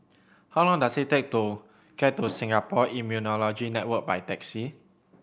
how long does it take to get to Singapore Immunology Network by taxi